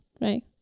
right